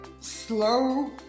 slow